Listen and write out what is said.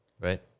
right